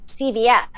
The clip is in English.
CVS